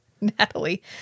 natalie